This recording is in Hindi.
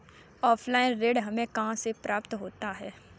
ऑफलाइन ऋण हमें कहां से प्राप्त होता है?